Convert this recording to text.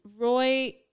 Roy